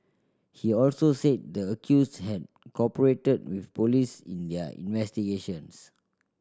he also said the accused had cooperated with police in their investigations